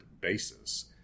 basis